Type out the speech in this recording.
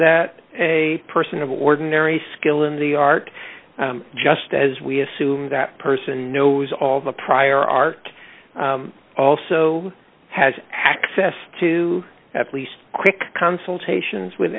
that a person of ordinary skill in the art just as we assume that person knows all the prior art also has access to at least quick consultations with